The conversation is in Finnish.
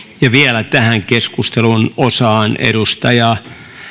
vielä tähän keskustelun osaan edustaja